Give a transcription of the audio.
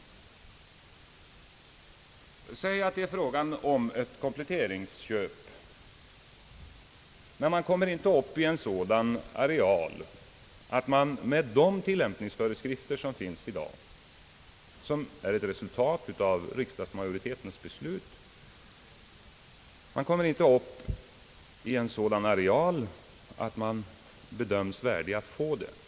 Låt oss anta att det är fråga om ett kompletteringsköp, men att man inte kommer upp i sådan areal att man med de tillämpningsföreskrifter, som finns i dag och som är ett resultat av riksdagsmajoritetens beslut, bedöms värdig att få lån.